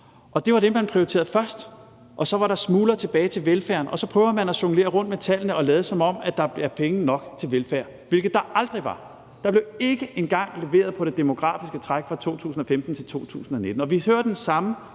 Det var det, man prioriterede først, og så var der smuler tilbage til velfærden. Og så prøvede man at jonglere rundt med tallene og lade, som om der var penge nok til velfærd, hvilket der aldrig var. Der blev ikke engang leveret på det demografiske træk fra 2015 til 2019. Vi hører den samme